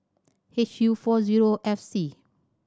H U four zero F C